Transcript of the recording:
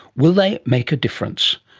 will they make a difference?